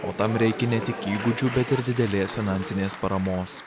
o tam reikia ne tik įgūdžių bet ir didelės finansinės paramos